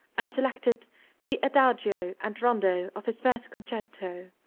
and selected the adagio and rondo of his first concerto,